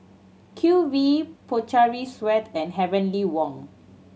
Q V Pocari Sweat and Heavenly Wang